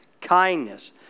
kindness